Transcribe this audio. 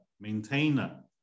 maintainer